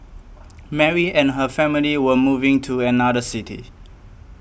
Mary and her family were moving to another city